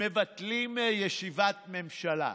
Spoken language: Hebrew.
מבטלים ישיבת ממשלה,